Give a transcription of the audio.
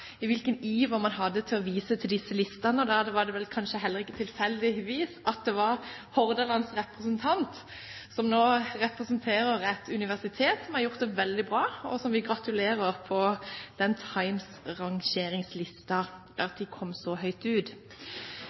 at hvilken iver man hadde for til å vise til disse listene, var litt avhengig av hvor man kom fra. Det var vel kanskje ikke tilfeldig at det kom fra Hordalands representant, som nå representerer et universitet som har gjort det veldig bra, og som vi gratulerer med å stå på Times' rangeringsliste – at de kom så høyt ut.